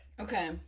Okay